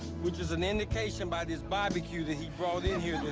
which is an indication by this barbeque that he brought in here this